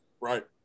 right